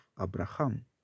Abraham